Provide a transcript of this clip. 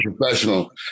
professional